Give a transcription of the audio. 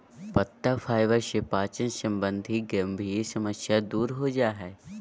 पत्ता फाइबर से पाचन संबंधी गंभीर समस्या दूर हो जा हइ